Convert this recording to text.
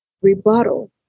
rebuttal